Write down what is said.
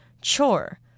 chore